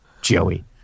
Joey